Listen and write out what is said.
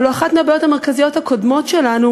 הלוא אחת הבעיות המרכזיות הקודמות שלנו